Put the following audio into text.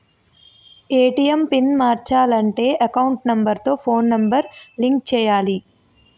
ATM card pin మార్చాలంటే account number తో phone number link చేయాలి